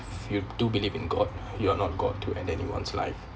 if you do believe in god you are not god to take anyone's life